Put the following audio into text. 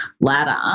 ladder